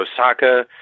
Osaka